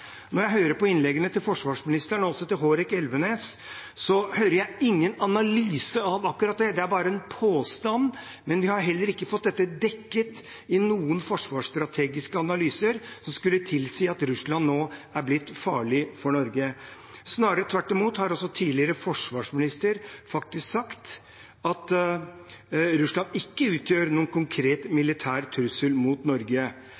Når jeg hører på innleggene til forsvarsministeren, og også representanten Hårek Elvenes, hører jeg ingen analyse av akkurat det. Det er bare en påstand. Vi har heller ikke fått dette dekket i noen forsvarsstrategiske analyser som skulle tilsi at Russland nå er blitt farlig for Norge. Snarere tvert imot har tidligere forsvarsminister faktisk sagt at Russland ikke utgjør noen konkret militær trussel mot Norge.